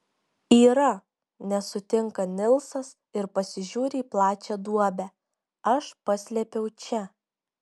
yra nesutinka nilsas ir pasižiūri į plačią duobę aš paslėpiau čia